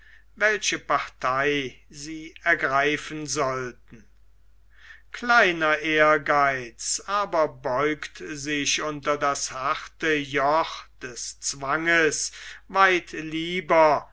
welche partei sie ergreifen sollten kleiner ehrgeiz aber beugt sich unter das harte joch des zwanges weit